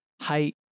height